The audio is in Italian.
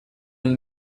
nel